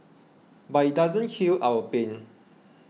but it doesn't heal our pain